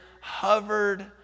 hovered